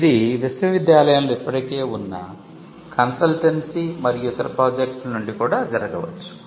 ఇది విశ్వవిద్యాలయంలో ఇప్పటికే ఉన్న కన్సల్టెన్సీ మరియు ఇతర ప్రాజెక్టుల నుండి కూడా జరగవచ్చు